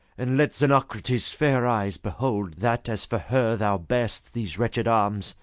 and let zenocrate's fair eyes behold, that, as for her thou bear'st these wretched arms,